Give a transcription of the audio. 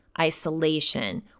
isolation